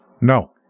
No